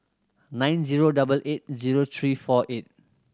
nine zero double eight zero three four eight